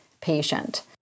patient